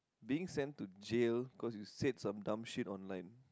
being to sent to jail because you said some dumb shit online